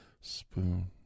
spoon